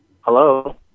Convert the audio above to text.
Hello